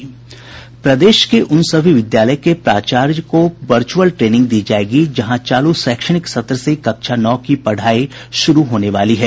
प्रदेश के उन सभी विद्यालयों के प्राचार्य को वर्चुअल ट्रेनिंग दी जायेगी जहां चालू शैक्षणिक सत्र से कक्षा नौ की पढ़ाई शुरू होने वाली है